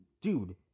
Dude